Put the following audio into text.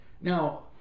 Now